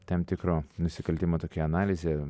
tam tikro nusikaltimo tokia analizė